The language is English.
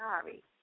sorry